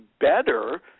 better